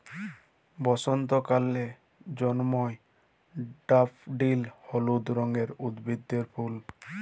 বসন্তকালে জল্ময় ড্যাফডিল হলুদ রঙের উদ্ভিদের ফুল